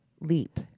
Leap